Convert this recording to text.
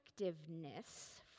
effectiveness